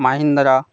Mahindra